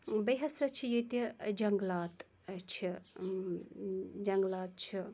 بیٚیہ ہَسا چھِ ییٚتہِ جنٛگلات چھِ جنٛگلات چھِ